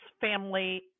family